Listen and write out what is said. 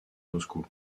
moscou